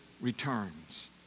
returns